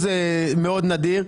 מאוד נדיר,